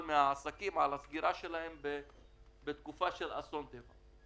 מהעסקים על הסגירה שלהם בתקופה של אסון טבע.